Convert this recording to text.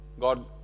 God